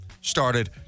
started